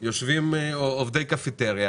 יושבים עובדי קפיטריה